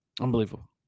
Unbelievable